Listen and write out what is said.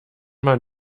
man